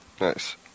Nice